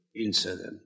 incident